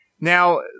Now